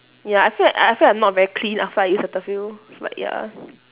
ya I feel like I feel like I not very clean after I use cetaphil but ya